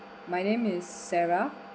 my name is sarah